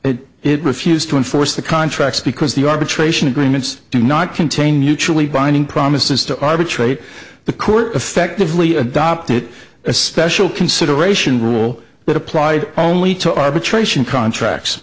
because it refused to enforce the contracts because the arbitration agreements did not contain mutually binding promises to arbitrate the court effectively adopted a special consideration rule that applied only to arbitration contracts